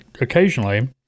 occasionally